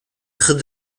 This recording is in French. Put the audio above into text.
très